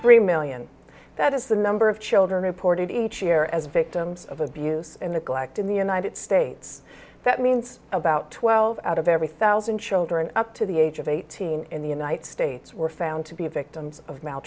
three million that is the number of children reported each year as victims of abuse and neglect in the united states that means about twelve out of every thousand children up to the age of eighteen in the united states were found to be victims of mal